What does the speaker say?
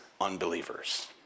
unbelievers